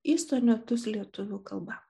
į sonetus lietuvių kalba